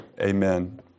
Amen